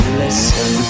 listen